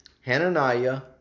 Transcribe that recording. Hananiah